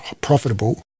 profitable